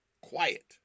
quiet